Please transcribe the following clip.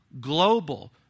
global